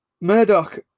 Murdoch